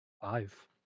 Five